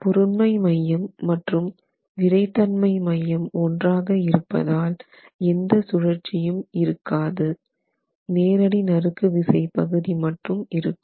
பொருண்மை மையம் மற்றும் விறைத்தன்மை மையம் ஒன்றாக இருப்பதால் எந்த சுழற்சியும் இருக்காது நேரடி நறுக்கு விசை பகுதி மட்டும் இருக்கும்